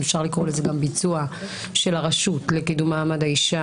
אם אפשר לקרוא לזה גם ביצוע של הרשות לקידום מעמד האישה,